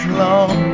long